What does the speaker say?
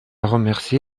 remercie